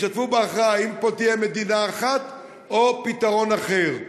ישתתפו בהכרעה אם פה תהיה מדינה אחת או פתרון אחר.